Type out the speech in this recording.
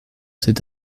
cet